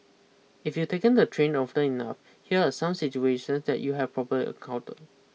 if you've taken the train often enough here are some situations that you have probably encountered